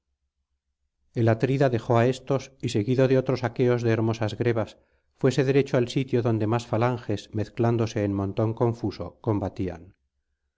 el atrida dejó á éstos y seguido de otros aqueos de hermosas grebas fuese derecho al sitio donde más falanges mezclándose en montón confuso combatían